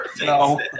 No